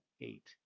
eight